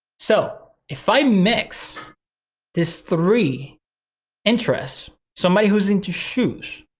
so if i mix these three interests, somebody who's into shoes,